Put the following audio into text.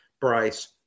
Bryce